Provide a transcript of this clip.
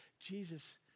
Jesus